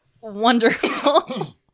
wonderful